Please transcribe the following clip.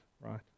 right